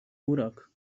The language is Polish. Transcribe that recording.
urok